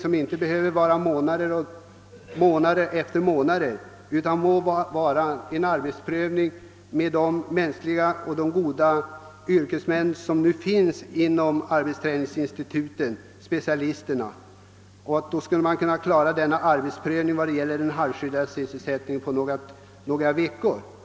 En sådan behöver inte fortgå månad efter månad utan kan utföras av de goda yrkesmän som nu finns inom arbetsträningsinstituten, specialisterna. I så fall skulle man kunna klara denna arbetsprövning beträffande den halvskyddade sysselsättningen på några veckor.